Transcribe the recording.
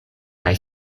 kaj